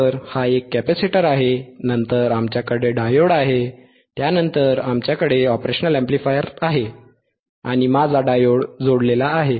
तर हा एक कॅपेसिटर आहे नंतर आमच्याकडे डायोड आहे त्यानंतर आमच्याकडे ऑपरेशनल अॅम्प्लिफायर आहे आणि माझा डायोड जोडलेला आहे